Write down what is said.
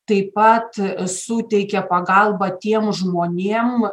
taip pat suteikė pagalbą tiem žmonėm